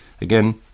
again